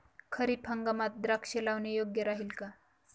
खरीप हंगामात द्राक्षे लावणे योग्य राहिल का?